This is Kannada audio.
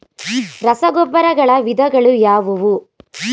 ರಸಗೊಬ್ಬರಗಳ ವಿಧಗಳು ಯಾವುವು?